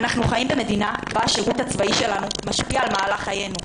אנחנו חיים במדינה שבה השירות הצבאי שלנו משפיע על מהלך חיינו,